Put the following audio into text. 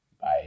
Bye